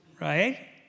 right